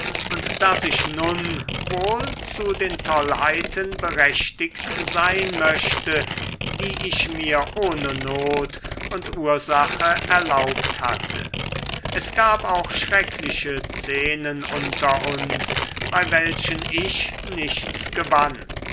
und daß ich nun wohl zu den tollheiten berechtigt sein möchte die ich mir ohne not und ursache erlaubt hatte es gab auch schreckliche szenen unter uns bei welchen ich nichts gewann